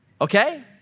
Okay